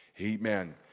Amen